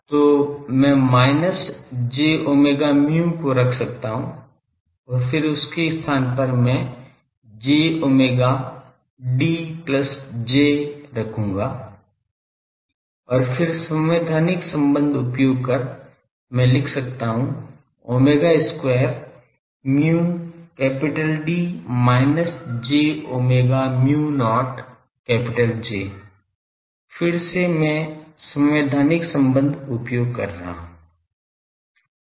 तो मैं minus j ω μ को रख सकता हूं फिर उसके स्थान पर मैं j ω D plus J रखूंगा और फिर संवैधानिक संबंध प्रयोग कर मैं लिख सकता हूं ω2 μ D minus j ω μ 0 J फिर से मैं संवैधानिक संबंध का उपयोग कर रहा हूं